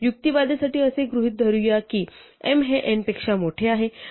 युक्तिवादासाठी असे गृहीत धरूया की m हे n पेक्षा मोठे आहे